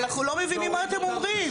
אנחנו לא מבינים מה אתם אומרים.